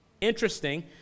Interesting